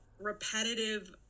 repetitive